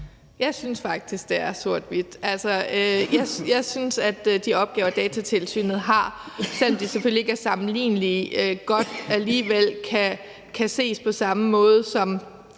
Jeg synes faktisk, det er sort-hvidt. Altså, jeg synes, at de opgaver, Datatilsynet har, selv om de selvfølgelig ikke er sammenlignelige, godt alligevel kan ses på samme måde som